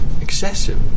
excessive